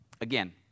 Again